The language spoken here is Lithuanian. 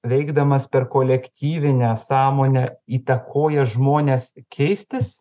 veikdamas per kolektyvinę sąmonę įtakoja žmones keistis